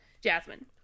Jasmine